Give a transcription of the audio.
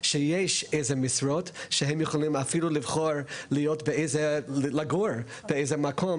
שיש איזה משרות שהם יכולים אפילו לבחור לגור באיזה מקום,